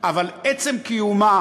אבל עצם קיומה